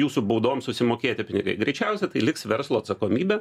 jūsų baudoms susimokėti pinigai greičiausia tai liks verslo atsakomybė